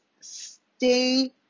stay